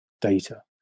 data